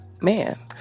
man